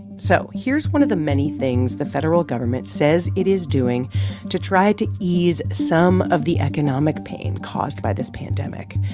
so here's one of the many things the federal government says it is doing to try to ease some of the economic pain caused by this pandemic.